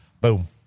Boom